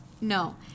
No